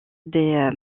des